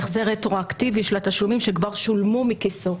בהחזר רטרואקטיבי של התשלומים שכבר שולמו מכיסו.